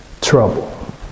trouble